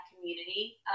community